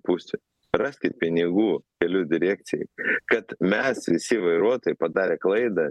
pusių raskit pinigų kelių direkcijai kad mes visi vairuotojai padarę klaidą